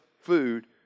food